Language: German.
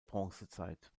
bronzezeit